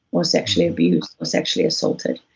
or sexually abused, or sexually assaulted.